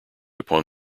upon